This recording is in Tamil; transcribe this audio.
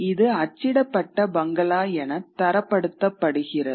இது அச்சிடப்பட்ட பங்களா என தரப்படுத்தப்படுகிறது